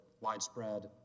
widespread